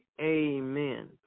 amen